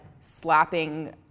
slapping